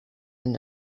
and